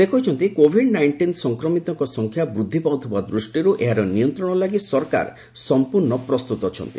ସେ କହିଛନ୍ତି COVID nineteen ସଂକ୍ରମିତଙ୍କ ସଂଖ୍ୟା ବୃଦ୍ଧି ପାଉଥିବା ଦୃଷ୍ଟିରୁ ଏହାର ନିୟନ୍ତ୍ରଣ ଲାଗି ସରକାର ସମ୍ପୂର୍ଣ୍ଣ ପ୍ରସ୍ତୁତ ଅଛନ୍ତି